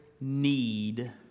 need